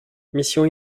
mission